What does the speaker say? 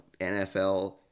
NFL